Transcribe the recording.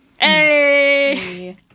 Hey